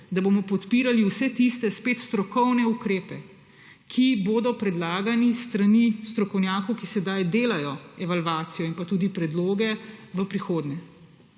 da bomo podpirali vse tiste spet strokovne ukrepe, ki bodo predlagani s strani strokovnjakov, ki sedaj delajo evalvacijo in tudi predloge v prihodnje.